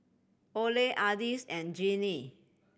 Ole Ardis and Jeannie